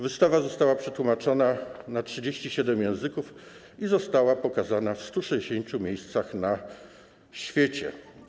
Wystawa została przetłumaczona na 37 języków i została pokazana w 160 miejscach na świecie.